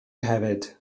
hefyd